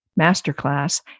masterclass